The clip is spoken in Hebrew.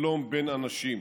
שלום בין אנשים.